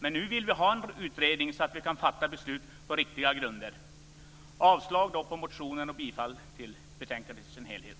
Men nu vill vi ha en utredning så att vi kan fatta beslut på riktiga grunder. Jag yrkar alltså avslag på motionen och bifall till hemställan i betänkandet i dess helhet.